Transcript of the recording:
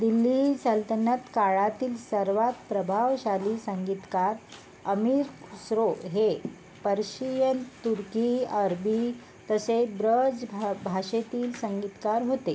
दिल्ली सल्तनत काळातील सर्वांत प्रभावशाली संगीतकार अमीर खुसरो हे पर्शियन तुर्की अरबी तसेच ब्रज भ भाषेतील संगीतकार होते